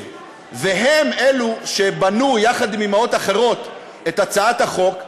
הן אלה שבנו יחד עם אימהות אחרות את הצעת החוק,